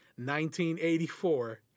1984